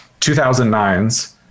2009's